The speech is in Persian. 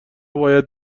باید